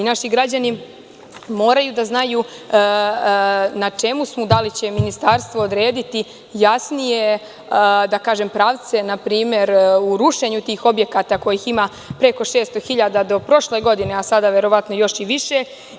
Naši građani moraju da znaju na čemu smo, da li će Ministarstvo odrediti jasnije pravce u rušenju tih objekata kojih ima preko 600.000 do prošle godine, a sada verovatno još i više.